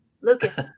Lucas